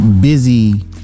busy